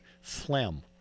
Phlegm